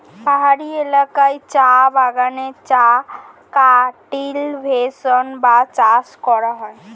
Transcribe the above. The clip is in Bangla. পাহাড়ি এলাকায় চা বাগানে চা কাল্টিভেশন বা চাষ করা হয়